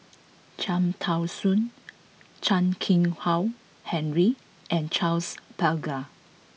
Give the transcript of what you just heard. Cham Tao Soon Chan Keng Howe Harry and Charles Paglar